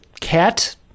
cat